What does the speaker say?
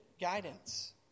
guidance